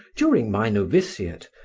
during my noviciate,